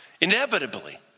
inevitably